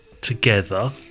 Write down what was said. together